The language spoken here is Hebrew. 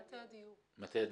ממטה הדיור.